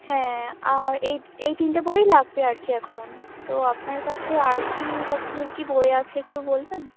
হ্যাঁ আর এই এই তিনটে বইই লাগবে আর কি এখন তো আপনার কাছে আর কী রকমের কী বই আছে একটু বলবেন